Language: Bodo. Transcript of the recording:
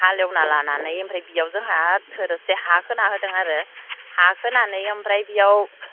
हालएवना लानानै ओमफ्राय बियाव जोंहा थोरोबसे हा खोना होदों आरो हा खोनानै ओमफ्राय बियाव